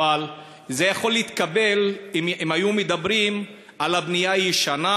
זה יכול להתקבל אם היו מדברים על הבנייה הישנה,